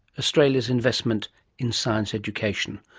australia's investment in science education,